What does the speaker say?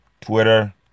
Twitter